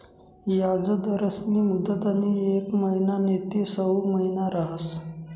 याजदरस्नी मुदतनी येक महिना नैते सऊ महिना रहास